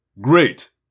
Great